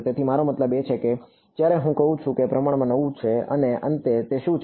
તેથી મારો મતલબ એ છે કે જ્યારે હું કહું કે તે પ્રમાણમાં નવું છે અને અંતે તે શું છે